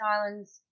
islands